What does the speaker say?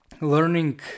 learning